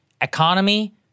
economy